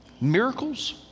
miracles